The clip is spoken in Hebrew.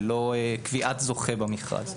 ללא קביעת זוכה במכרז.